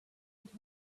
until